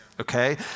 Okay